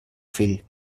fill